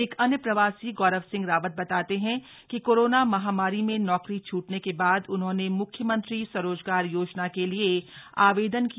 एक अन्य प्रवासी गौरव सिंह रावत बताते हैं कि कोरोना महामारी में नौकरी छूटने के बाद उन्होंने मुख्यमंत्री स्वरोजगार योजना के लिए आवेदन किया